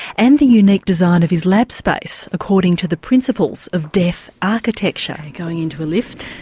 and the unique design of his lab space according to the principles of deaf architecture. going into a lift.